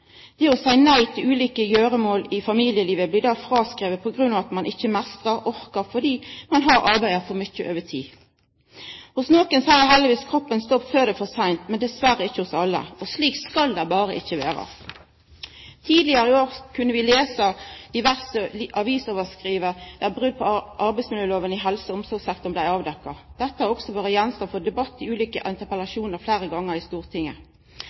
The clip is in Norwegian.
Det å seia ja til ulike gjeremål i familielivet blir då fråskrive på grunn av at ein ikkje meistrar, orkar, fordi ein har arbeidd for mykje overtid. Hos nokon seier heldigvis kroppen stopp før det er for seint, men dessverre ikkje hos alle, og slik skal det berre ikkje vera. Tidlegare i år kunne vi lesa diverse avisoverskrifter der brot på arbeidsmiljølova i helse- og omsorgssektoren blei avdekt. Dette har også vore gjenstand for debatt i ulike interpellasjonar fleire gonger i Stortinget.